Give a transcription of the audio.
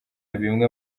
bimwe